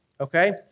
okay